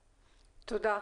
תודה.